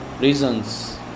reasons